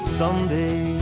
someday